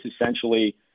essentially